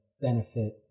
benefit